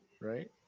right